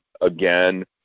again